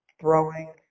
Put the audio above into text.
throwing